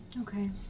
Okay